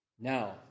Now